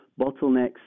bottlenecks